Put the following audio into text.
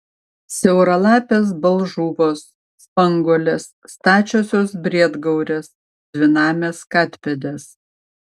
siauralapės balžuvos spanguolės stačiosios briedgaurės dvinamės katpėdės